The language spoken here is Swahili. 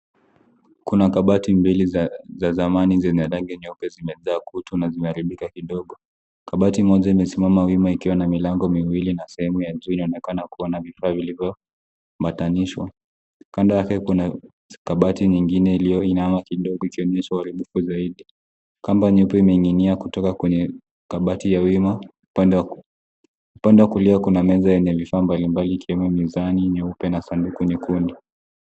Kuna kabati mbili za zamani, zimetengenezwa kwa chuma kilichotutuwa na zimeharibika kidogo. Kabati moja limesimama wima likiwa na milango miwili na sehemu ya juu, ndani yake kuna mafaili kwa mpangilio. Kando yake kuna kabati lingine lililoinama kidogo upande mmoja kutokana na kudhoofika. Kamba nyingi zimetoka kwenye kabati lililosimama wima, upande wa kulia kuna meza yenye vifaa mbalimbali vya mizani, ingawa pengine sehemu nyingine ni tupu.